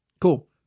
Cool